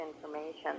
information